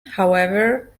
however